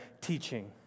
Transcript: teaching